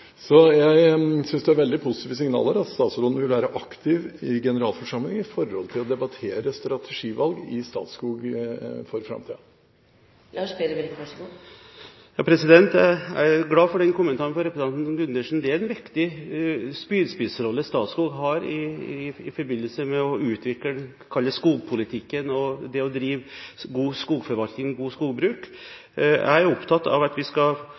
Jeg synes det er et veldig positivt signal at statsråden vil være aktiv i generalforsamlingen når det gjelder å debattere strategivalg i Statskog for framtiden. Jeg er glad for den kommentaren fra representanten Gundersen. Det er en viktig spydspissrolle Statskog har i forbindelse med å utvikle skogpolitikken og det å drive god skogforvaltning, godt skogbruk. Jeg er opptatt av at vi skal